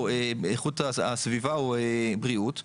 איכות הסביבה או בריאות,